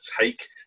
take